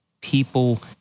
people